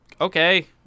Okay